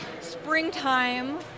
springtime